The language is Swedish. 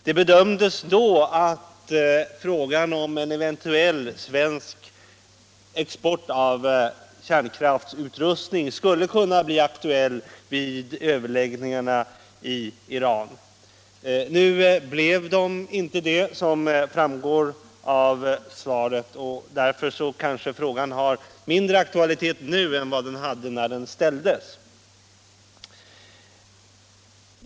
Det bedömdes då att frågan om en eventuell svensk export av kärnkraftsutrustning skulle kunna bli aktuell vid överläggningarna i Iran. Nu blev den inte så, som framgår av svaret. Därför kanske frågan har 49 mindre aktualitet nu än den hade när den ställdes.